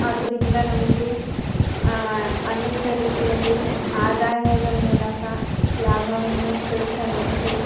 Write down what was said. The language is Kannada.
ಅದರಿಂದ ನಮಗೆ ಅನೇಕ ರೀತಿಯಲ್ಲಿ ಆದಾಯದ ಮೂಲಕ ಲಾಭವನ್ನು ಗಳಿಸಬಹುದು